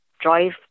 drive